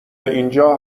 اینجا